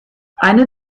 eine